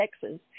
Texas